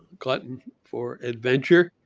glutton for adventure,